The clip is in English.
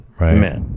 right